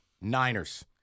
Niners